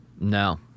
No